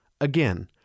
Again